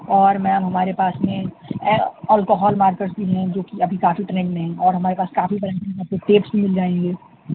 اور میم ہمارے پاس میں الکوحل مارکرس بھی ہیں جوکہ ابھی کافی ٹرنڈ میں ہیں اور ہمارے پاس کافی ورائیٹیز ہیں آپ کو ٹیپس بھی مِل جائیں گے